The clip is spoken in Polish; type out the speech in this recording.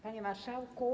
Panie Marszałku!